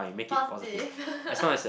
positive